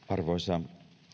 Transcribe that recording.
arvoisa